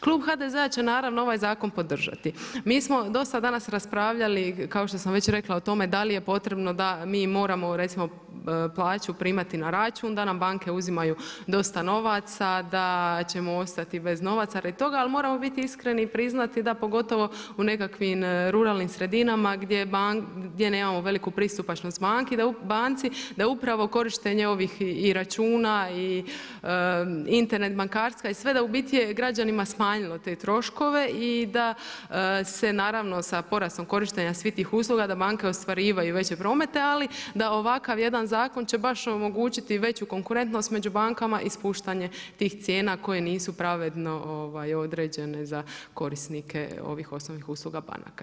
Klub HDZ-a će naravno ovaj zakon podržati, mi smo dosad danas raspravljali kao što sam već rekla o tome da li je potrebno da mi moramo recimo, plaću primati na račun, da nam banke uzimaju dosta novaca, da ćemo stati bez novaca, ali moramo biti iskreni i priznati da pogotovo u nekakvim ruralnim sredinama gdje nemamo veliku pristupačnost banci da upravo korištenje ovih i računa i internet bankarstva, da u biti je građanima smanjilo te troškove i da se naravno sa porastom korištenja svih tih usluga, da banke ostvarivaju veće promete ali da ovakav jedna zakon će baš omogućiti veći konkurentnost među bankama i spuštanje tih cijena koje nisu pravedno određene za korisnike ovih osnovnih usluga banaka.